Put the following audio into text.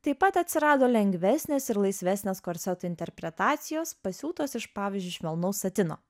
taip pat atsirado lengvesnės ir laisvesnės korseto interpretacijos pasiūtos iš pavyzdžiui švelnaus satino